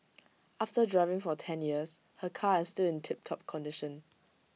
after driving for ten years her car is still in tiptop condition